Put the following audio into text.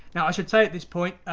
now i should say at this point.